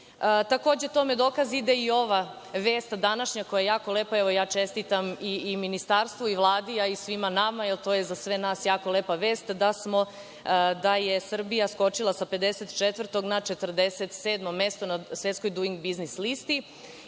tome u dokaz ide i ova vest današnja koja je jako lepa. Čestitam i ministarstvu i Vladi, a i svima nama jer to je za sve nas jako lepa vest da je Srbija skočila sa 54 na 47 mesto na svetskoj „Duing biznis“ listi